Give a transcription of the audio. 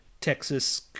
Texas